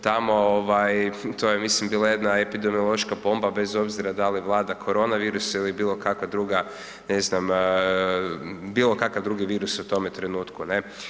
Tamo, to je mislim, bila jedna epidemiološka bomba bez obzira da li vlada korona virus ili bilokakva druga, ne znam, bilokakav drugi virus u tome trenutku, ne.